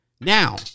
Now